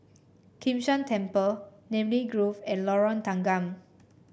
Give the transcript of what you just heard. Kim San Temple Namly Grove and Lorong Tanggam